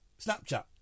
Snapchat